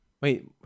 Wait